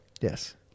Yes